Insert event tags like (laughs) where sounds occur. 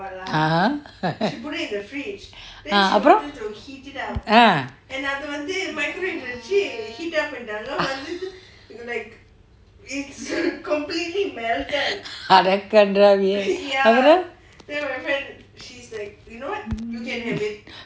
a'ah அப்புறோ:approm ah (laughs) அட கண்றாவியே அப்புறோ:ada kandraaviye apro